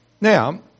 Now